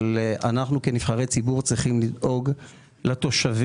אבל אנחנו כנבחרי ציבור צריכים לדאוג לתושבים